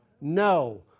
No